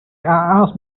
asked